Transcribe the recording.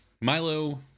Milo